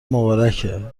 مبارکه